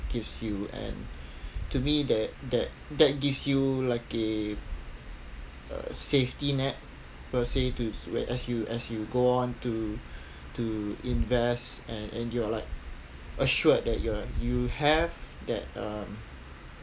gives you and to me that that that gives you like a safety net per se to wh~ as you as you go on to to invest and you're like assured that you are you have that um